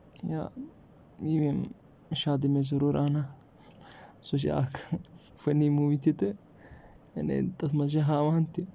یا یِم یِم شادی میں ضروٗر آنا سُہ چھُ اکھ فٔنی موٗوی تہِ تہٕ یعنی تَتھ منٛز چھِ ہاوان تہِ